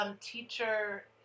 teacher